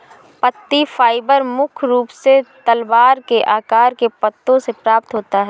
पत्ती फाइबर मुख्य रूप से तलवार के आकार के पत्तों से प्राप्त होता है